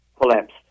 collapsed